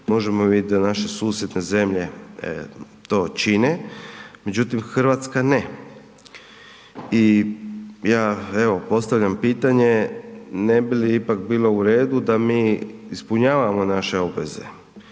možemo vidjeti da naše susjedne zemlje to čine, međutim Hrvatska ne. I ja evo postavljam pitanje, ne bi li ipak bilo uredu da mi ispunjavamo naše obveze?